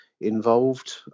Involved